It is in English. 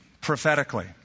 Prophetically